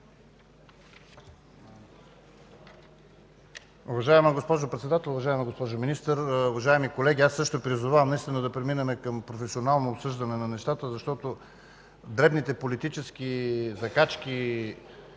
Уважаема госпожо Председател, уважаема госпожо Министър, уважаеми колеги! Аз също призовавам да преминем към професионално обсъждане на нещата, защото дребните политически закачки,